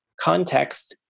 Context